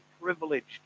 privileged